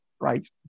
right